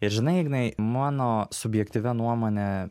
ir žinai ignai mano subjektyvia nuomone